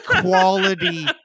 quality